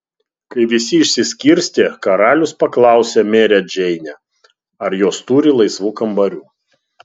kai visi išsiskirstė karalius paklausė merę džeinę ar jos turi laisvų kambarių